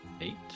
eight